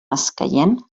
escaient